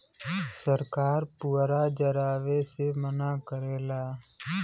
सरकार पुअरा जरावे से मना करेला